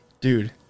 Dude